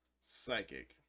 Psychic